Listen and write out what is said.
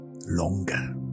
longer